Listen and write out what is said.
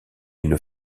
une